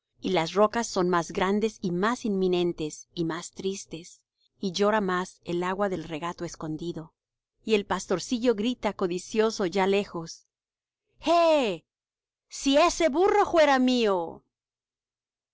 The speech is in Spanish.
y las rocas son más grandes y más inminentes y más tristes y llora más el agua del regato escondido y el pastorcillo grita codicioso ya lejos je zi eze burro juera mío xli